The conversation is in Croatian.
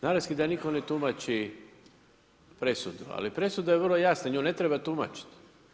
Naravski da niko ne tumači presudu, ali presuda je vrlo jasna nju ne treba tumačiti.